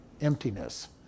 emptiness